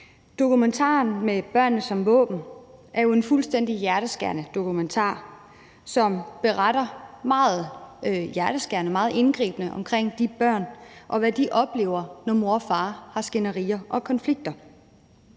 Dokumentaren »Med børnene som våben« er jo en fuldstændig hjerteskærende dokumentar, som beretter meget hjerteskærende, meget gribende om de børn, og hvad de oplever, når mor og far har skænderier og konflikter.